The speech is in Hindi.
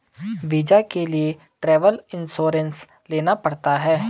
वीजा के लिए ट्रैवल इंश्योरेंस लेना पड़ता है